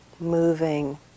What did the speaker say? moving